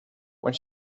when